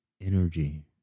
energy